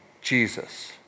Jesus